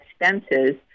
expenses